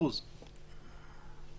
ירד ב-0.5%.